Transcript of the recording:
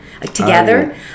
together